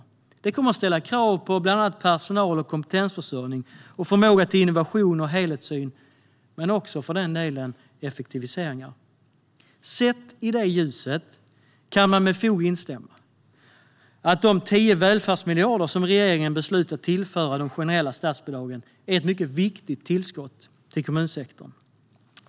Detta kommer att ställa krav på bland annat personal och kompetensförsörjning och förmåga till innovation och helhetssyn men också effektiviseringar. Sett i det ljuset kan man med fog instämma i att de 10 välfärdsmiljarder som riksdagen har beslutat att tillföra de generella statsbidragen är ett mycket viktigt tillskott till kommunsektorn.